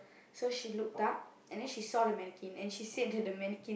so she looked up and then she saw the mannequin and she said that the mannequin